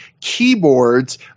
keyboards